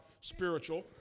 spiritual